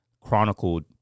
chronicled